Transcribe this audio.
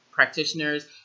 practitioners